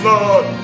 Lord